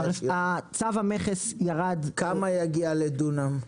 צו המכס ירד --- כמה יגיע לדונם?